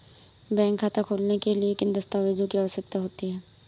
Bank खाता खोलने के लिए किन दस्तावेजों की आवश्यकता होती है?